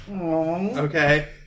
Okay